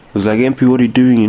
is like, einpwy what are you doing?